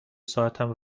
ساعتم